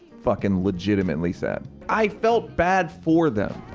fucking legitimately sad i felt bad for them.